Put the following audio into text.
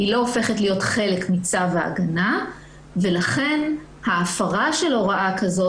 היא לא הופכת להיות חלק מצו ההגנה ולכן ההפרה של הוראה כזו,